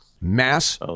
mass